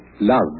Love